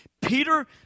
Peter